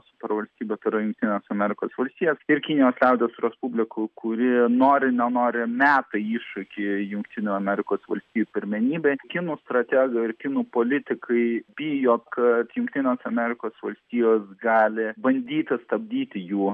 supervalstybė tai yra jungtines amerikos valstijas ir kinijos liaudies respublikų kuri nori nenori meta iššūkį jungtinių amerikos valstijų pirmenybei kinų strategai ir kinų politikai bijo kad jungtinės amerikos valstijos gali bandyti stabdyti jų